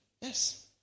Yes